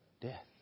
Death